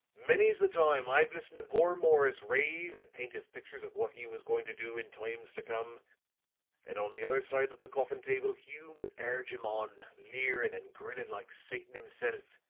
many's the time i've listened to poor morris rave and paint his pictures of what he was going to do in times to come and on the other side of the coffin-table, hume would urge him on, leerin' and grinnin' like satan himself,